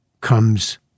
comes